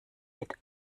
geht